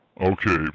Okay